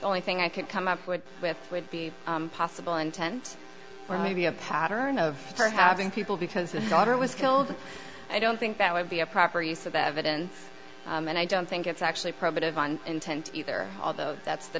the only thing i could come up with with would be possible intent or maybe a pattern of her having people because the daughter was killed i don't think that would be a proper use of evidence and i don't think it's actually probative on intent either although that's the